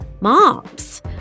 moms